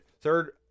Third